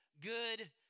Good